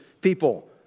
people